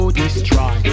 destroy